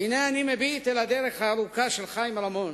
והנה אני מביט אל הדרך הארוכה של חיים רמון,